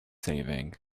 saving